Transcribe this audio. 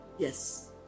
Yes